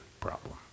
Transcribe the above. problem